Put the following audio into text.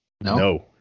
No